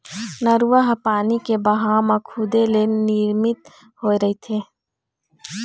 नरूवा ह पानी के बहाव म खुदे ले निरमित होए रहिथे